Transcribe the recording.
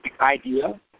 idea